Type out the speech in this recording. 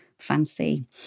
Fancy